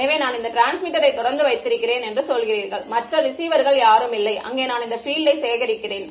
எனவே நான் இந்த டிரான்ஸ்மிட்டரை தொடர்ந்து வைத்திருக்கிறேன் என்று சொல்கிறீர்கள் மற்ற ரிசீவர்கள் யாரும் இல்லை அங்கே நான் இந்த பீல்ட் யை சேகரிக்கிறேன்